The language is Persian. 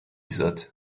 ذاته